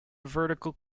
vertical